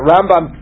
Rambam